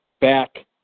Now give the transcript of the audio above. back